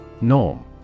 Norm